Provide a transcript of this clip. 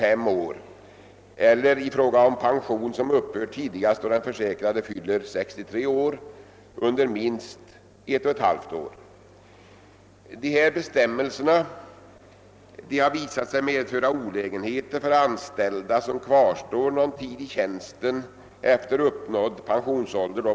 Mot bakgrunden härav och med hänsyn till att försäkringsanstalternas beskattning nyligen varit föremål för reformering finns det enligt utskottets uppfattning inte anledning att för närvarande överväga ändringar i fråga om den nuvarande rätten till avdrag för försäkringspremier eller beskattningen av utfallande pensionsbelopp.